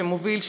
שמוביל,